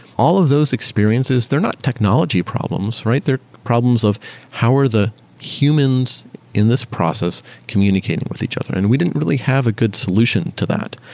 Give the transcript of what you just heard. all of those experiences, they're not technology problems, right? they're problems of how are the humans in this process communicating with each other? and we didn't really have a good solution to that.